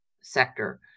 sector